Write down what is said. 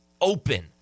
open